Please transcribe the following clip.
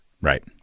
Right